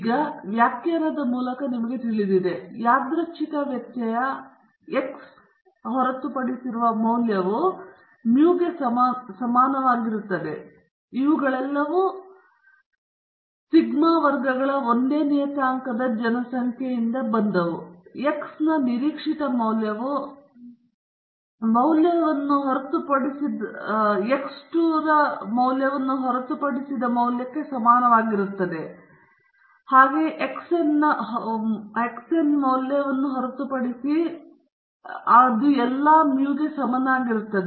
ಈಗ ನಾವು ವ್ಯಾಖ್ಯಾನದ ಮೂಲಕ ತಿಳಿದಿದೆ ಯಾದೃಚ್ಛಿಕ ವ್ಯತ್ಯಯ X ಯ ಹೊರತುಪಡಿಸಿರುವ ಮೌಲ್ಯವು ಮುಗೆ ಸಮಾನವಾಗಿರುತ್ತದೆ ಮತ್ತು ಇವುಗಳೆಲ್ಲವೂ ಮುಮ್ಮುಖ ಮತ್ತು ಸಿಗ್ಮಾ ವರ್ಗಗಳ ಒಂದೇ ನಿಯತಾಂಕದ ಜನಸಂಖ್ಯೆಯಿಂದ ಬಂದವು x 1 ನ ನಿರೀಕ್ಷಿತ ಮೌಲ್ಯವು ಮೌಲ್ಯದ ಹೊರತುಪಡಿಸಿ ಮೌಲ್ಯಕ್ಕೆ ಸಮಾನವಾಗಿರುತ್ತದೆ X 2 ರ ಹೊರತುಪಡಿಸಿ xn ನ ಹೊರತುಪಡಿಸಿ ಮೌಲ್ಯಕ್ಕೆ ಮತ್ತು ಅವರು ಎಲ್ಲಾ mu ಗೆ ಸಮನಾಗಿರುತ್ತದೆ